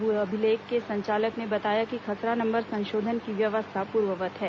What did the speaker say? भू अभिलेख के संचालक ने बताया कि खसरा नंबर संशोधन की व्यवस्था पूर्ववत है